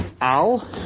Al